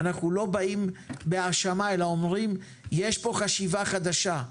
אנחנו לא באים בהאשמה אלא אומרים יש פה חשיבה חדשה,